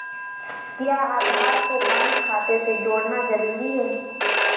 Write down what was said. क्या आधार को बैंक खाते से जोड़ना जरूरी है?